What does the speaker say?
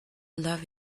love